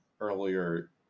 earlier